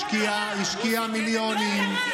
מה זה "השקיע מיליונים"?